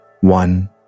one